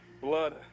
blood